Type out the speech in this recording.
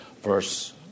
Verse